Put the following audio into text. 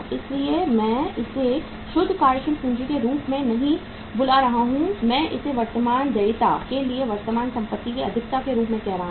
इसलिए मैं इसे शुद्ध कार्यशील पूंजी के रूप में नहीं बुला रहा हूं मैं इसे वर्तमान देयता के लिए वर्तमान संपत्ति की अधिकता के रूप में कह रहा हूं